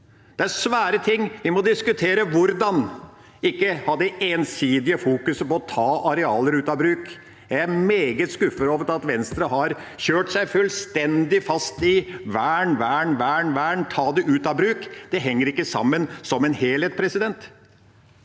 Det er svære ting. Vi må diskutere hvordan, og ikke ha ensidig fokus på å ta arealer ut av bruk. Jeg er meget skuffet over at Venstre har kjørt seg fullstendig fast i vern, vern, vern, vern og å ta det ut av bruk. Det henger ikke sammen som en helhet. Vi